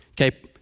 Okay